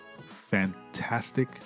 fantastic